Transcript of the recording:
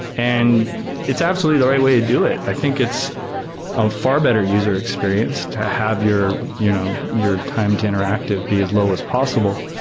and it's absolutely the right way to do it. i think it's a far better user experience to have your you know your time to interactive be as low as possible.